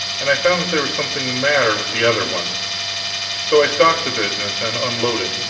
and i found that there was something the matter with the other one so i stocked the business and unloaded,